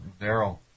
Daryl